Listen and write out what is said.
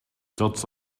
dots